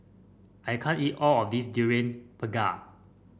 I can't eat all of this Durian Pengat